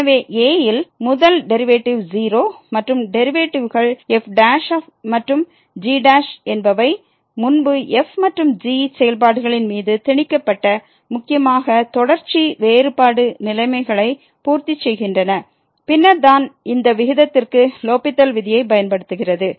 எனவே a ல் முதல் டெரிவேட்டிவ் 0 மற்றும் டெரிவேட்டிவ்கள் f மற்றும் g என்பவை முன்பு f மற்றும் g செயல்பாடுகளின் மீது திணிக்கப்பட்ட முக்கியமாக தொடர்ச்சி வேறுபாடு நிலைமைகளை பூர்த்தி செய்கின்றன பின்னர் தான் இந்த விகிதத்திற்கு லோப்பித்தல் விதியைப் பயன்படுத்துகிறது